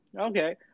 Okay